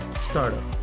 startup